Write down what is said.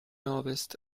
ovest